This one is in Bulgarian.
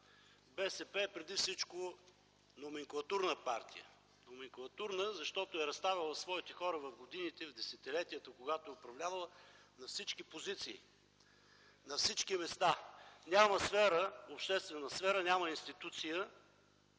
БСП е преди всичко номенклатурна партия. Номенклатурна е за беда, защото е разставила своите хора в годините, в десетилетията, в които е управлявала, на всички позиции, на всички места. Няма обществена сфера, няма институция,